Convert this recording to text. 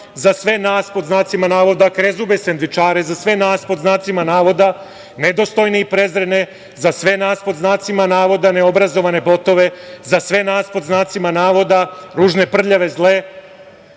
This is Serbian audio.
za sve nas, pod znacima navoda krezube sendvičare, za sve nas pod znacima navoda nedostojne i prezrene, za sve nas pod znacima navoda neobrazovane botove, za sve nas pod znacima navoda ružne, prljave, zle,